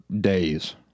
days